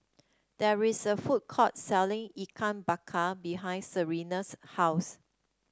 there is a food court selling Ikan Bakar behind Serena's house